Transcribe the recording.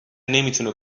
نمیتونه